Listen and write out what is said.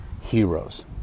heroes